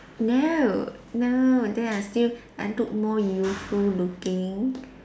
no no then I still I look more youthful looking